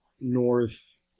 north